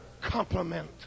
compliment